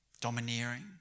domineering